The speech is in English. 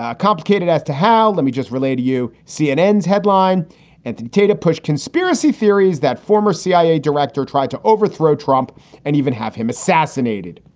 ah complicated as to how. let me just relay to you cnn's headline and continue to push conspiracy theories that former cia director tried to overthrow trump and even have him assassinated